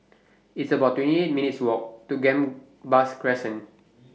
It's about twenty eight minutes' Walk to Gambas Crescent